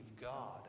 God